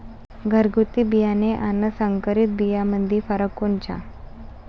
घरगुती बियाणे अन संकरीत बियाणामंदी फरक कोनचा?